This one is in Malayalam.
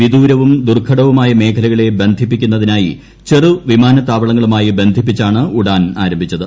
വിദൂരവും ദുർഘടവുമായ മേഖലകളെ ബന്ധിപ്പിക്കുന്നതിനായി ചെറു വിമാനത്താവളങ്ങളുമായി ബന്ധിപ്പിച്ചാണ് ഉഡാൻ ആരംഭിച്ചത്